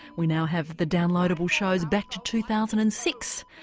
we now have the downloadable shows back to two thousand and six,